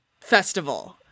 festival